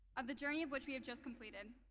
of the journey of which we have just completed.